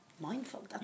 mindful